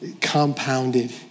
Compounded